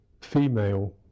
female